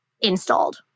installed